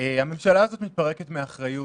הממשלה הזאת מתפרקת מאחריות,